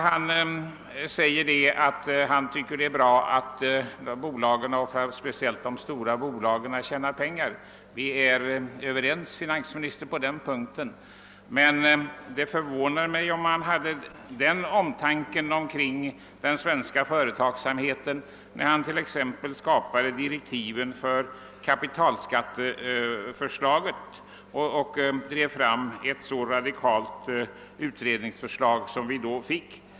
Han säger ju att det är bra att bolagen, speciellt de stora bolagen, tjänar pengar. Vi är, herr finansminister, överens på den punkten. Men det förvånar mig att han med den omtanke som han sålunda visat för den svenska företagsamheten kunde ge direktiv och driva fram ett så radikalt utredningsförslag som kapitalskatteförslaget.